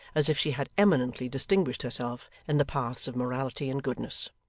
as if she had eminently distinguished herself in the paths of morality and goodness.